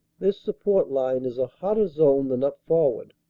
this support line is a hotter zone than up forward.